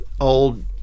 old